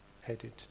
headed